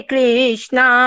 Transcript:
Krishna